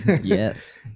Yes